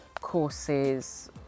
courses